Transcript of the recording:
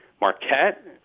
Marquette